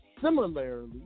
similarly